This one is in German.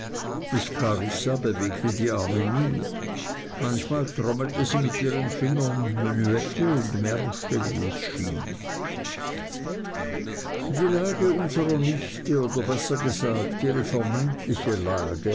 die arme nie manchmal trommelte sie mit ihren fingern menuette und märsche wie es schien die lage unserer nichte oder besser gesagt ihre vermeintliche lage